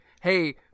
Hey